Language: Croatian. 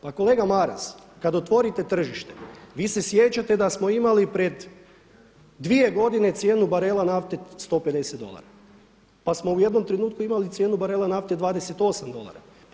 Pa kolega Maras, kada otvorite tržište, vi se sjećate da smo imali pred dvije godine cijenu barela nafte 150 dolara pa smo u jednom trenutku imali cijenu barela nafte 28 dolara, pa